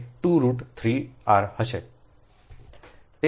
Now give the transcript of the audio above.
તેથી તે 2 root 3 r હશે